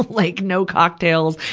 like no cocktails,